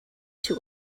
two